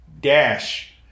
Dash